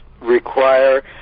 require